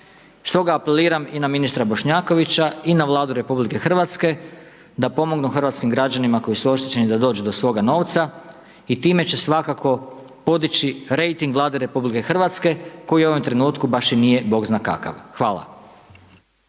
Stoga apeliram i na ministra Bošnjakovića i na Vladu RH da pomognu hrvatskih građanima koji su oštećeni da dođu do svoga novca i time će svakako podići rejting Vlade RH koji u ovom trenutku baš i nije Bog zna kakav. Hvala.